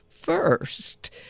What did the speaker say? First